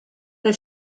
the